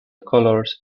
colours